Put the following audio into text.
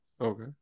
Okay